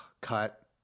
Cut